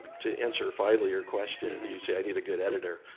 to answer finally your question, you see i need a good editor,